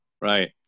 Right